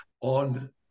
on